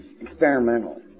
experimental